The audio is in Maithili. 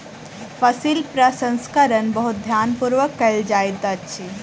फसील प्रसंस्करण बहुत ध्यान पूर्वक कयल जाइत अछि